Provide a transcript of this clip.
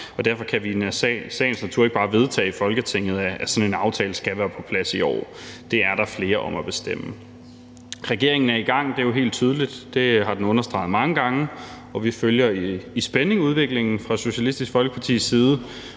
derfor kan vi i sagens natur ikke bare i Folketinget vedtage, at sådan en aftale skal være på plads i år. Det er der flere om at bestemme. Regeringen er i gang, det er jo helt tydeligt, og det har den understreget mange gange, og vi følger fra Socialistisk Folkepartis side